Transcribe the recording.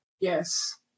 Yes